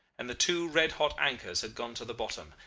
and the two red-hot anchors had gone to the bottom,